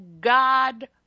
God